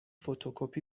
فتوکپی